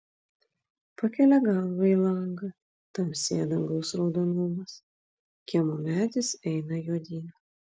pakelia galvą į langą tamsėja dangaus raudonumas kiemo medis eina juodyn